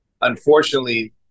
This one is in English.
unfortunately